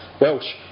Welsh